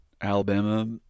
Alabama